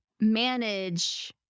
manage